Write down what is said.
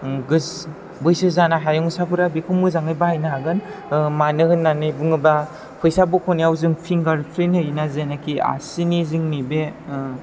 बैसो जानाय हायुंसाफोरा बेखौ मोजाङै बाहायनो हागोन मानो होन्नानै बुङोबा फैसा बख'नायाव जों फिंगार प्रिन्ट होयोना जेनेखि असिनि जोंनि बे